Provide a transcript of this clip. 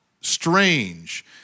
strange